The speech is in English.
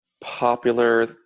popular